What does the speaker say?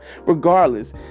Regardless